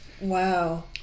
Wow